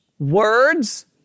words